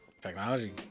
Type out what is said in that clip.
technology